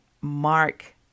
mark